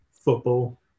football